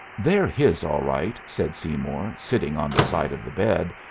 they're his, all right, said seymour, sitting on the side of the bed,